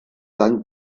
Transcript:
tant